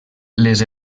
les